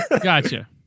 Gotcha